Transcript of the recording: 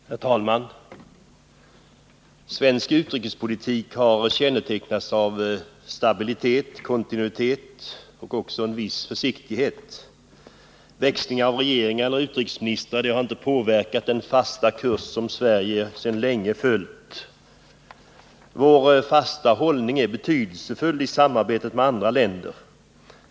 Herr talman! Svensk utrikespolitik har kännetecknats av stabilitet, kontinuitet och också en viss försiktighet. Växlingar av regeringar eller utrikesministrar har inte påverkat den fasta kurs som Sverige sedan länge 45 följt. Vår fasta hållning är betydelsefull i samarbetet med andra länder.